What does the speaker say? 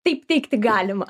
taip teigti galima